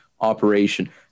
operation